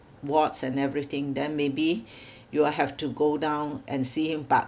wards and everything then maybe you will have to go down and see him but